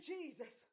Jesus